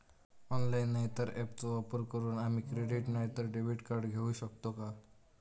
Online नाय तर ऍपचो वापर करून आम्ही क्रेडिट नाय तर डेबिट कार्ड घेऊ शकतो का?